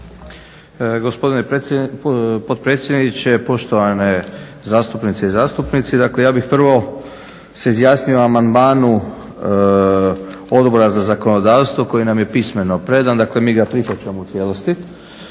Gospodine potpredsjedniče, poštovane zastupnice i zastupnici. Dakle, ja bih prvo se izjasnio o amandmanu Odbora za zakonodavstvo koji nam je pismeno predan. Dakle, mi ga prihvaćamo u cijelosti.